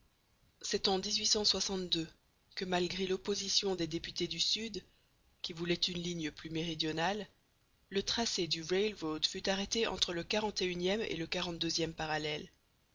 c'est en que malgré l'opposition des députés du sud qui voulaient une ligne plus méridionale le tracé du rail road fut arrêté entre le quarante et unième et le quarante deuxième parallèle